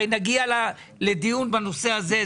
הרי נגיע לדיון בנושא הזה.